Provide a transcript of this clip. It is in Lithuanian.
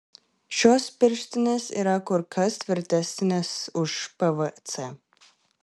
šios pirštinės yra kur kas tvirtesnės už pvc